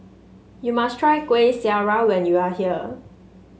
you must try Kuih Syara when you are here